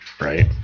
right